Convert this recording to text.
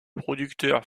producteur